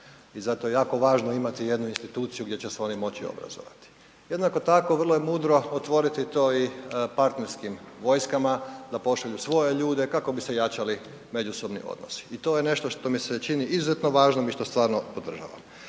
i zato je jako važno imati jednu instituciju gdje će se oni moći obrazovati. Jednako tako, vrlo je mudro otvoriti to i partnerskim vojskama da pošalju svoje ljude kako bi se jačali međusobni odnosi i to je nešto što mi se čini izuzetno važno i što stvarno podržavam.